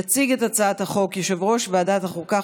יציג את הצעת החוק יושב-ראש ועדת החוקה,